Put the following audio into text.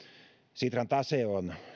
sitran tase on